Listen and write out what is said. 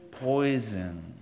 poison